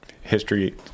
history